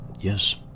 Yes